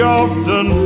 often